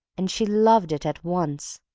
and she loved it at once,